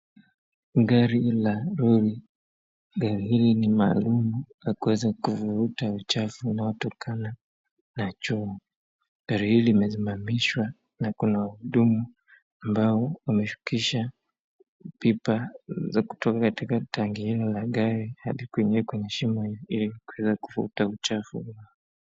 Gari la lori, gari hili ni maalum la kuweza kuvuta uchafu unaotokana na choo. Gari hili limesimamishwa na kuna wahudumu ambao wamefikisha pipa za kutoka katika tanki hilo la gari hadi kwenye shimo ili kuweza kuvuta uchafu.